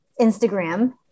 Instagram